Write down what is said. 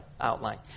outline